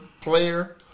player